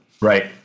Right